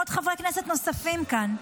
ועוד חברי כנסת נוספים כאן.